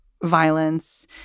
Violence